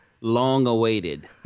Long-awaited